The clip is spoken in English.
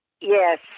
Yes